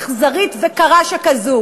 אכזרית וקרה שכזאת.